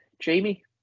Jamie